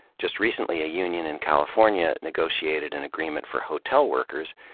just recently a union in california negotiated an agreement for hotel workers,